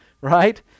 right